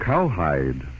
Cowhide